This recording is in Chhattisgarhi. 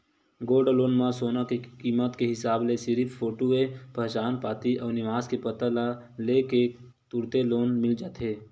गोल्ड लोन म सोना के कीमत के हिसाब ले सिरिफ फोटूए पहचान पाती अउ निवास के पता ल ले के तुरते लोन मिल जाथे